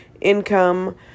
income